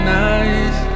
nice